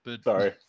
Sorry